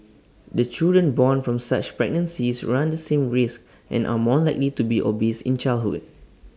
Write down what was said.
the children born from such pregnancies run the same risk and are more likely to be obese in childhood